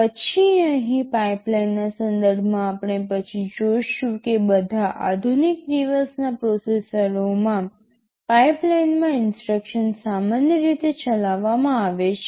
પછી અહીં પાઇપલાઇનના સંદર્ભમાં આપણે પછી જોશું કે બધા આધુનિક દિવસના પ્રોસેસરોમાં પાઇપલાઇનમાં ઇન્સટ્રક્શન્સ સામાન્ય રીતે ચલાવવામાં આવે છે